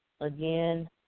again